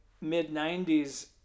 mid-90s